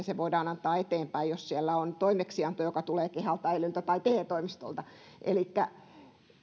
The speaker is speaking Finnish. se voidaan antaa eteenpäin jos siellä on toimeksianto joka tulee kehalta elyltä tai te toimistolta elikkä